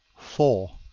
four.